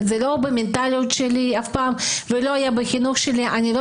זה לא במנטליות שלי וזה לא היה בחינוך שלי אבל אני לא